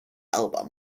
album